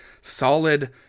solid